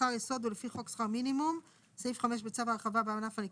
שכר ערך שעה לעובד שמירה שמועסק 5 ימים בשבוע (באחוזים/שקלים חדשים)